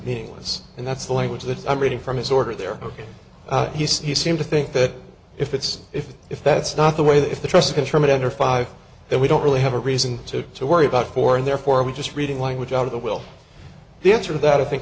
meaningless and that's the language that i'm reading from his order there he said he seemed to think that if it's if if that's not the way that if the trust has from a ten or five that we don't really have a reason to to worry about four and therefore we just reading language out of the will the answer that i think